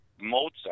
Mozart